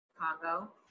Chicago